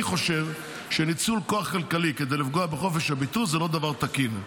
אני חושב שניצול כוח כלכלי כדי לפגוע בחופש הביטוי זה לא דבר תקין.